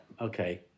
okay